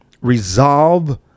resolve